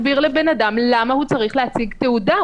צריך להסביר לבן אדם למה הוא צריך להציג תעודה,